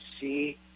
see